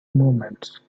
moments